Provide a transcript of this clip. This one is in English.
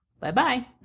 Bye-bye